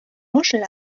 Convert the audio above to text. muschel